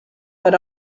per